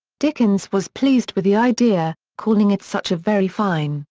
dickens was pleased with the idea, calling it such a very fine,